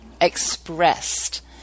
expressed